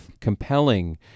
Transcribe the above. compelling